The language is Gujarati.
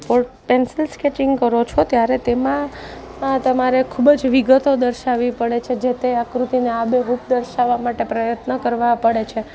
પો પેન્સિલ સ્કેચિંગ કરો છો ત્યારે તેમાં તમારે ખૂબ જ વિગતો દર્શાવી પડે છે જેતે આકૃતિને આબેહૂબ દર્શાવા માટે પ્રયત્ન કરવા પડે છે